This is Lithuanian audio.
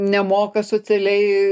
nemoka socialiai